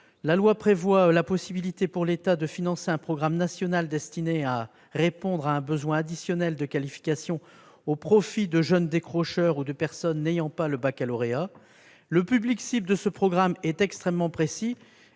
La loi prévoit désormais la possibilité pour l'État de financer un programme national destiné à répondre à un besoin additionnel de qualification au profit de jeunes décrocheurs ou de personnes n'ayant pas le baccalauréat. Le public cible de ce programme est défini